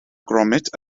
gromit